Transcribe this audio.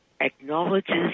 acknowledges